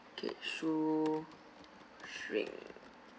okay shoestring